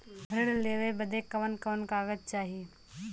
ऋण लेवे बदे कवन कवन कागज चाही?